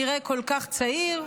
נראה כל כך צעיר,